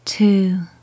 Two